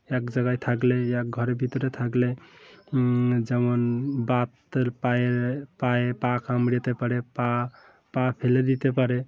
এক জায়গায় থাকলে এক ঘরের ভিতরে থাকলে যেমন বাতের পায়ে পায়ে পা কামড়েতে পারে পা পা ফেলে দিতে পারে